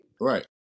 Right